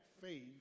faith